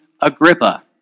Agrippa